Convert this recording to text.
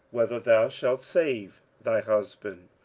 whether thou shalt save thy husband?